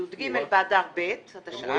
י״ג באדר ב׳ התשע׳׳ט,